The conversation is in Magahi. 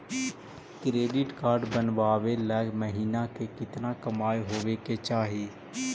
क्रेडिट कार्ड बनबाबे ल महीना के केतना कमाइ होबे के चाही?